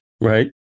Right